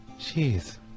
Jeez